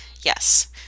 Yes